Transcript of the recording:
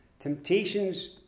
Temptations